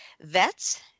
vets